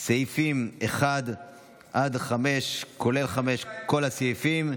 על סעיפים 1 עד 5, כולל 5, כל הסעיפים,